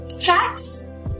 Tracks